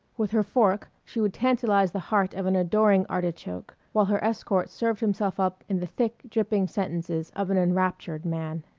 with her fork she would tantalize the heart of an adoring artichoke, while her escort served himself up in the thick, dripping sentences of an enraptured man.